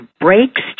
breaks